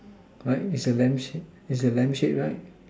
right is a lamp shape is the lamp shade right